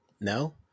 no